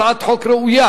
הצעת חוק ראויה,